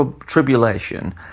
tribulation